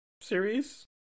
series